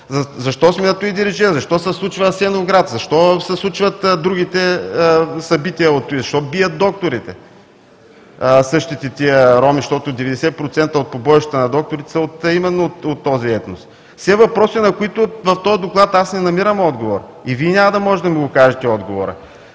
защо сме на това дередже, защо се случва Асеновград, защо се случват другите събития, защо бият докторите, същите тези роми? Защото 90% от побоищата над докторите са именно от този етнос. Все въпроси, на които в този Доклад аз не намирам отговор и Вие няма да можете да ми кажете отговора.